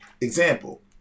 Example